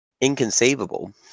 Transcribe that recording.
inconceivable